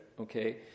Okay